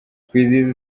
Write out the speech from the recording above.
kwizihiza